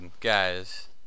guys